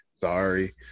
Sorry